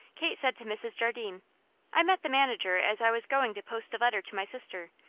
kate said to mrs. jardine i met the manager as i was going to post a letter to my sister,